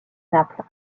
naples